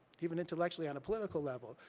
even intellectually, on a political level,